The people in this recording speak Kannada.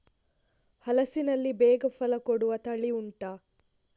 ಹಲಸಿನಲ್ಲಿ ಬೇಗ ಫಲ ಕೊಡುವ ತಳಿ ಉಂಟಾ